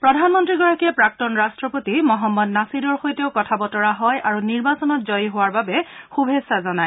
প্ৰধানমন্ত্ৰীগৰাকীয়ে প্ৰাক্তন ৰাট্টপতি মহম্মদ নাছিদৰ সৈতেও কথা বতৰা হয় আৰু নিৰ্বাচনত জয়ী হোৱাৰ বাবে শুভেচ্ছা জনায়